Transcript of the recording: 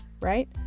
right